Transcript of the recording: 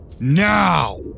now